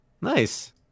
Nice